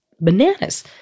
bananas